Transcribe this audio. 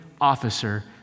officer